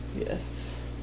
Yes